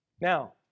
Now